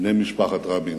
בני משפחת רבין,